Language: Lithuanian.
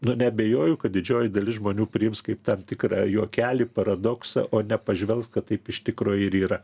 nu neabejoju kad didžioji dalis žmonių priims kaip tam tikrą juokelį paradoksą o nepažvelgs kad taip iš tikro ir yra